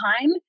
time